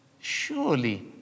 Surely